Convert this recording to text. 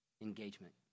engagement